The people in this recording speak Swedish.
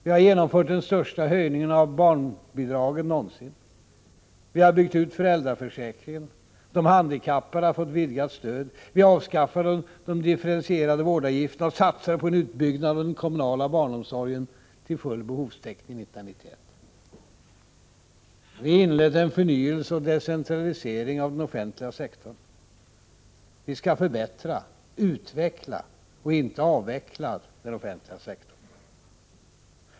Vi har genomfört den största höjningen någonsin av barnbidragen. Vi har byggt ut föräldraförsäkringen. De handikappade har fått vidgat stöd. Vi avskaffade de differentierade vårdavgifterna och satsade på en utbyggnad av den kommunala barnomsorgen till full behovstäckning 1991. Vi inledde en förnyelse och decentralisering av den offentliga sektorn. Vi skall förbättra och utveckla och inte avveckla den offentliga sektorn.